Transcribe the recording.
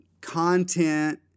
content